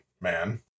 man